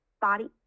body